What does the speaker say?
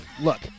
look